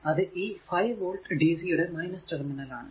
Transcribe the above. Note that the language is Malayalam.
അത് ഈ 5 വോൾട് dc യുടെ ടെർമിനൽ ആണ്